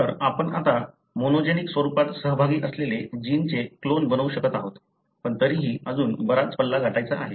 तर आपण आता मोनोजेनिक स्वरूपात सहभागी असलेले जीनचे क्लोन बनवू शकत आहोत पण तरीही अजून बराच पल्ला गाठायचा आहे